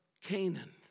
Canaan